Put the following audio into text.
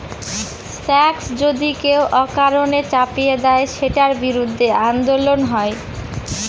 tax যদি কেউ অকারণে চাপিয়ে দেয়, সেটার বিরুদ্ধে আন্দোলন হয়